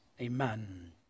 Amen